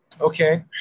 okay